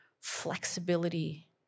flexibility